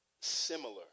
similar